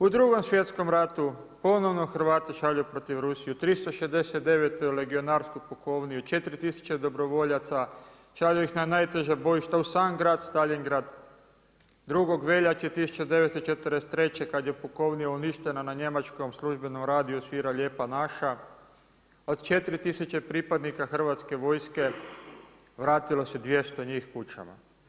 U Drugom svjetskom ratu ponovno Hrvati šalju protiv Rusije 369. legionarsku pukovniju, 4 tisuće dobrovoljaca, šalju ih na najteža bojišta u …, Staljingrad 2. veljače 1943. kada je pukovnija uništena na njemačkom službenom radiju svira „Lijepa naša“, od 4 tisuće pripadnika Hrvatske vojske vratilo se 200 njih kućama.